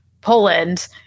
Poland